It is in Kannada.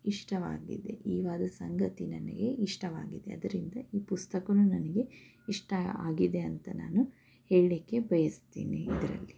ಇಷ್ಟವಾಗಿದೆ ಈವಾದ ಸಂಗತಿ ನನಗೆ ಇಷ್ಟವಾಗಿದೆ ಅದರಿಂದ ಈ ಪುಸ್ತಕವು ನನಗೆ ಇಷ್ಟ ಆಗಿದೆ ಅಂತ ನಾನು ಹೇಳಲಿಕ್ಕೆ ಬಯಸ್ತೀನಿ ಇದರಲ್ಲಿ